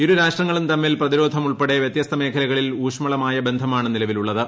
ഇരുരാജ്യങ്ങളും തമ്മിൽ പ്രതിരോധം ഉൾപ്പെടെ വ്യത്യസ്തമേഖലകളിൽ ഊഷ്മളമായ ബന്ധമാണ് നിലവിലുള്ളത്